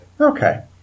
Okay